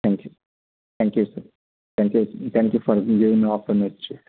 thank you thank you sir thank you for giving opportunity